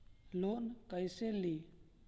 Loan कईसे ली?